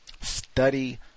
Study